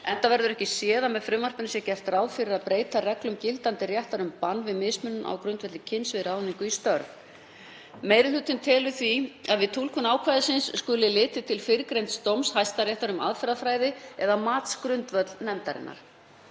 enda verður ekki séð að með frumvarpinu sé gert ráð fyrir að breyta reglum gildandi réttar um bann við mismunun á grundvelli kyns við ráðningu í störf. Meiri hlutinn telur því að við túlkun ákvæðisins skuli litið til fyrrgreinds dóms Hæstaréttar um aðferðafræði eða matsgrundvöll nefndarinnar.